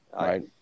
right